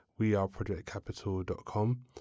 weareprojectcapital.com